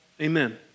Amen